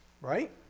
right